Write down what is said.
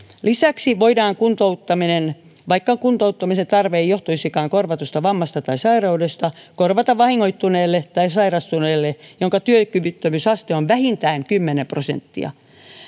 lisäksi voidaan kuntouttaminen korvata vaikka kuntouttamisen tarve ei johtuisikaan korvatusta vammasta tai sairaudesta vahingoittuneelle tai sairastuneelle jonka työkyvyttömyysaste on vähintään kymmenen prosenttia